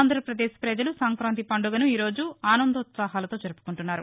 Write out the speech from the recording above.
ఆంధ్రప్రదేశ్ ప్రజలు సంక్రాంతి పండుగను ఈరోజు ఆనందోత్సహాలతో జరుపుకుంటున్నారు